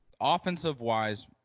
Offensive-wise